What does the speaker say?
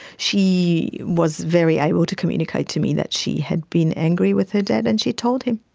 she was very able to communicate to me that she had been angry with her dad and she told him.